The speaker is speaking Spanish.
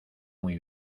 muy